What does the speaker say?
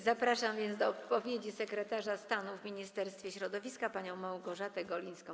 Zapraszam więc do odpowiedzi sekretarza stanu w Ministerstwie Środowiska panią Małgorzatę Golińską.